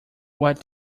what